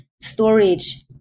storage